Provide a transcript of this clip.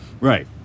Right